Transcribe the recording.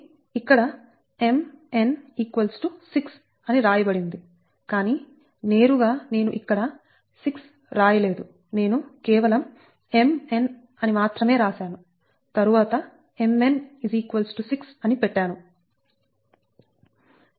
కాబట్టి ఇక్కడ mn 6 అని వ్రాయబడింది కానీ నేరుగా నేను ఇక్కడ 6 వ్రాయలేదు నేను కేవలం mn మాత్రమే రాశాను తరువాత mn 6 అని పెట్టాను